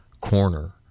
corner